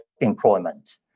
employment